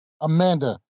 Amanda